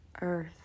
earth